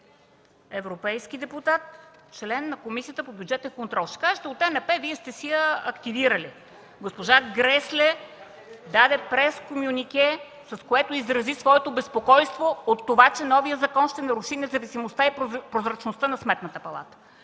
европейски депутат, член на Комисията по бюджетен контрол. Ще кажете – от ЕНП е, Вие сте си я активирали. Госпожа Гресле даде прескомюнике, с което изрази своето безпокойство от това, че новият закон ще наруши независимостта и прозрачността на Сметната палата.